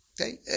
Okay